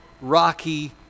rocky